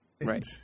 Right